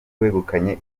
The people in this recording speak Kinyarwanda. wegukanye